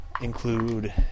include